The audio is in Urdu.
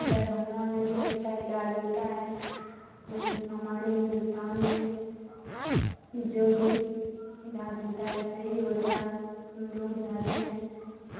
دربھنگہ میں بھی اچھا علاج ہوتا ہے ہماڑے ہندوستان میں جو بھی علاج ہوتا ہے سہی ہوتا ہے ہم لوگ جاتے ہیں